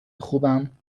خوبم